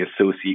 associate